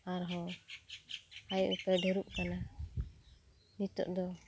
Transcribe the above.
ᱟᱨᱦᱚᱸ ᱟᱭᱼᱩᱯᱟᱹᱭ ᱰᱷᱮᱨᱚᱜ ᱠᱟᱱᱟ ᱱᱤᱛᱚᱜ ᱫᱚ